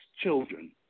children